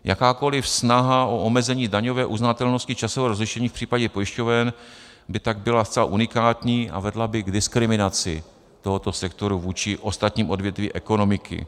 Jakákoliv snaha o omezení daňové uznatelnosti časového rozlišení v případě pojišťoven by tak byla zcela unikátní a vedla by k diskriminaci tohoto sektoru vůči ostatním odvětvím ekonomiky.